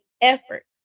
effort